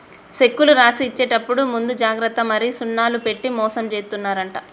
సెక్కులు రాసి ఇచ్చేప్పుడు ముందు జాగ్రత్త మరి సున్నాలు పెట్టి మోసం జేత్తున్నరంట